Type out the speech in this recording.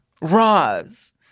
Roz